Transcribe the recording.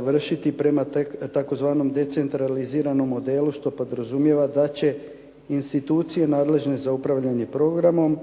vršiti prema tzv. decentraliziranom modelu što podrazumijeva da će institucije nadležne za upravljanje programom,